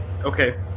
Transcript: Okay